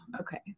Okay